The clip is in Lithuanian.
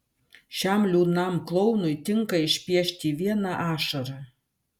šiam liūdnam klounui tinka išpiešti vieną ašarą